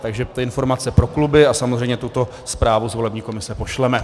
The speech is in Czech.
Takže to je informace pro kluby a samozřejmě tuto zprávu z volební komise pošleme.